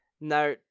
Now